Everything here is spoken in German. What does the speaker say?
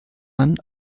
man